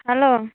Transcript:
hello